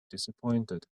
disappointed